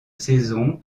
saison